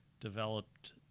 developed